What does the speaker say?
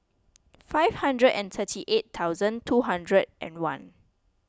five hundred and thirty eight thousand two hundred and one